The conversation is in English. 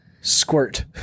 squirt